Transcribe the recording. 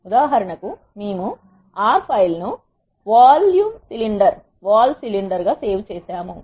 ఉదాహరణకు మేము R R file ను vol cylinder గా సేవ్ చేశాము